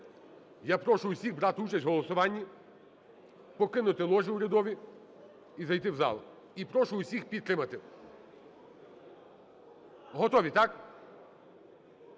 Я прошу всіх брати участь в голосуванні, покинути ложі урядові і зайти в зал. І прошу всіх підтримати. Готові, так?